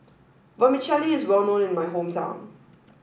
Vermicelli is well known in my hometown